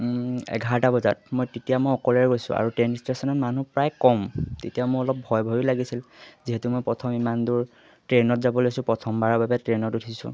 এঘাৰটা বজাত মই তেতিয়া মই অকলশৰে গৈছোঁ আৰু ট্ৰেইন ষ্টেচনত মানুহ প্ৰায় কম তেতিয়া মোৰ অলপ ভয় ভয়ো লাগিছিল যিহেতু মই প্ৰথম ইমান দূৰ ট্ৰেইনত যাব লৈছোঁ প্ৰথমবাৰৰ বাবে ট্ৰেইনত উঠিছোঁ